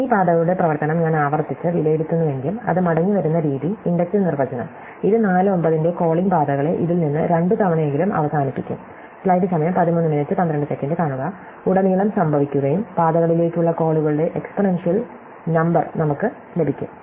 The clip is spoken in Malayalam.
ഈ പാതകളുടെ പ്രവർത്തനം ഞാൻ ആവർത്തിച്ച് വിലയിരുത്തുന്നുവെങ്കിൽ അത് മടങ്ങിവരുന്ന രീതി ഇൻഡക്റ്റീവ് നിർവചനം ഇത് 49 ന്റെ കോളിംഗ് പാതകളെ ഇതിൽ നിന്ന് രണ്ടുതവണയെങ്കിലും അവസാനിപ്പിക്കും സമയം 13 12 കാണുക ഉടനീളം സംഭവിക്കുകയും പാതകളിലേക്കുള്ള കോളുകളുടെ എക്സ്പോണൻസിയേഷൻ നമ്പർ നമുക്ക് ലഭിക്കും